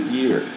year